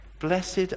blessed